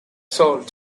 sold